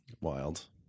Wild